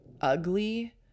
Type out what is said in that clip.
ugly